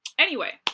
anyway,